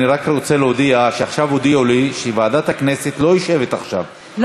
אני רק רוצה להודיע שעכשיו הודיעו לי שוועדת הכנסת לא יושבת עכשיו,